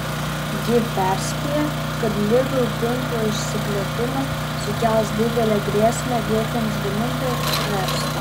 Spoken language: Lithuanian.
ji perspėja kad lidl tinklo išsiplėtimas sukels didelę grėsmę vietiniams gamintojams ir verslui